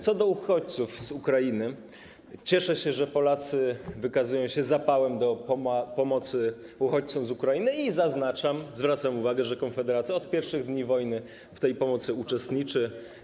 Co do uchodźców z Ukrainy, to cieszę się, że Polacy wykazują się zapałem do pomocy uchodźcom z Ukrainy i zaznaczam, zwracam uwagę, że Konfederacja od pierwszych dni wojny w tej pomocy uczestniczy.